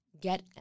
get